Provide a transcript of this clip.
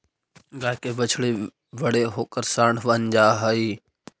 गाय के बछड़े बड़े होकर साँड बन जा हई